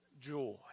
joy